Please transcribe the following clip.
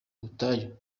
ubutayu